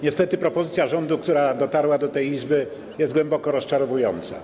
Niestety propozycja rządu, która dotarła do tej Izby, jest głęboko rozczarowująca.